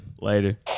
Later